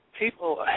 People